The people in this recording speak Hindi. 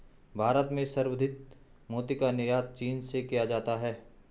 भारत में संवर्धित मोती का निर्यात चीन से किया जाता है